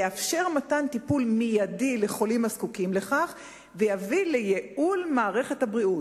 יאפשר מתן טיפול מיידי לחולים הזקוקים לכך ויביא לייעול מערכת הבריאות.